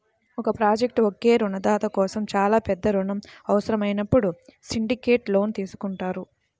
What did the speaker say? ఒక ప్రాజెక్ట్కు ఒకే రుణదాత కోసం చాలా పెద్ద రుణం అవసరమైనప్పుడు సిండికేట్ లోన్ తీసుకుంటారు